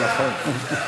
נכון.